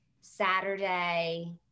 Saturday